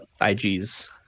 IG's